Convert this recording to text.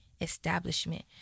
establishment